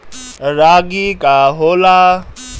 रागी का होला?